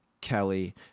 Kelly